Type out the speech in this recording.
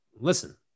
Listen